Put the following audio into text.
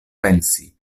pensi